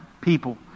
people